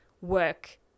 work